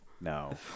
No